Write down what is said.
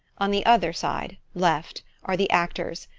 on the other side left are the actors,